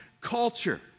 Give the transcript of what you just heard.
culture